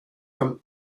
from